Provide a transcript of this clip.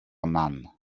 none